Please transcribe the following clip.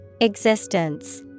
Existence